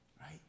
Right